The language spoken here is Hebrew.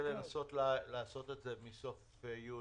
לנסות לעשות את זה מסוף יוני.